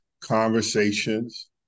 conversations